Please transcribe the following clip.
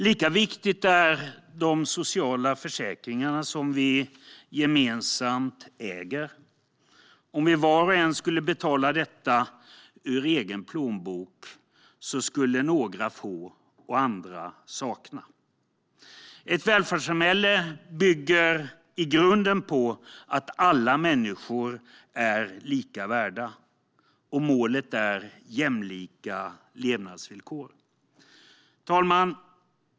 Lika viktiga är de sociala försäkringarna som vi gemensamt äger. Om var och en skulle betala för dem ur egen plånbok skulle några få och andra sakna. Ett välfärdssamhälle bygger i grunden på att alla människor är lika mycket värda, och målet är jämlika levnadsvillkor. Herr talman!